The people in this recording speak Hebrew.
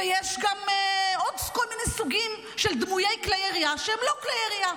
ויש עוד כל מיני סוגים של דמויי כלי ירייה שהם לא כלי ירייה.